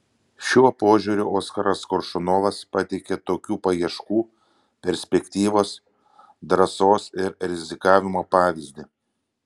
šiuo požiūriu oskaras koršunovas pateikia tokių paieškų perspektyvos drąsos ir rizikavimo pavyzdį